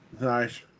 Nice